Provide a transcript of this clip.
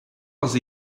dels